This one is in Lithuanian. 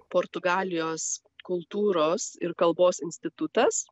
portugalijos kultūros ir kalbos institutas